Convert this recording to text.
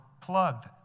plugged